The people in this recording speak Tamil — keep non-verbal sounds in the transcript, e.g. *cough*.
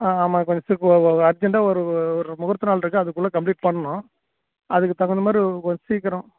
ஆ ஆமா *unintelligible* அர்ஜெண்ட்டாக ஒரு ஒரு முகூர்த்தநாள் இருக்குது அதுக்குள்ளே கம்ப்ளீட் பண்ணணும் அதுக்கு தகுந்தமாதிரி கொஞ்சம் சீக்கிரம்